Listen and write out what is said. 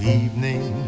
evening